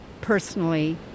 personally